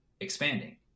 expanding